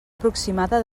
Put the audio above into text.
aproximada